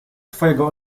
twojego